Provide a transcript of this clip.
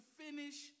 finish